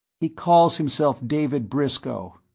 he calls himself david briscoe.